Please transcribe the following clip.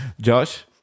Josh